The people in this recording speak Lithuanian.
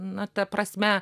na ta prasme